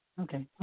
Okay